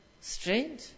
Strange